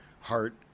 heart